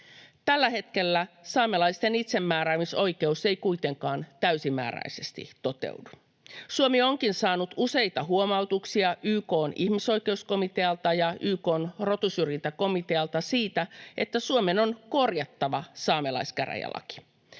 Tällä hetkellä saamelaisten itsemääräämisoikeus ei kuitenkaan täysimääräisesti toteudu. Suomi onkin saanut useita huomautuksia YK:n ihmisoikeuskomitealta ja YK:n rotusyrjintäkomitealta siitä, että Suomen on korjattava saamelaiskäräjälaki.